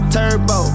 Turbo